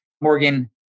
Morgan